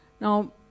Now